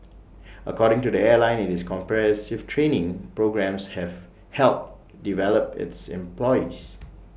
according to the airline IT is comprehensive training programmes have helped develop its employees